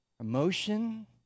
emotion